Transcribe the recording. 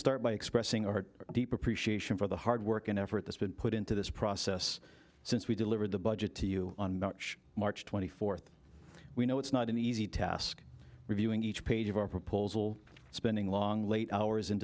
start by expressing our deep appreciation for the hard work and effort that's been put into this process since we delivered the budget to you on march twenty fourth we know it's not an easy task reviewing each page of our proposal spending long late hours in